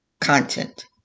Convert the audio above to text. content